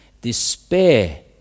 despair